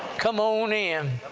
come on in!